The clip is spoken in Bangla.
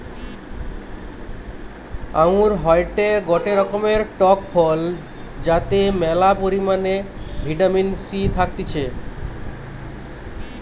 আঙ্গুর হয়টে গটে রকমের টক ফল যাতে ম্যালা পরিমাণে ভিটামিন সি থাকতিছে